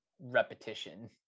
repetition